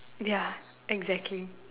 ya exactly